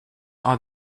are